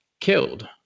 killed